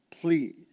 please